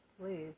please